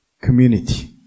community